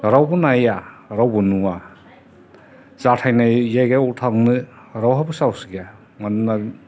रावबो नाया रावबो नुवा जाथायनाय जायगायाव थांनो रावहाबो साहस गैया मानोना